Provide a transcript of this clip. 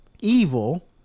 evil